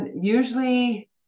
Usually